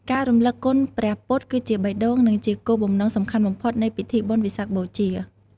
ការរំលឹកគុណព្រះពុទ្ធ គឺជាបេះដូង និងជាគោលបំណងសំខាន់បំផុតនៃពិធីបុណ្យវិសាខបូជា។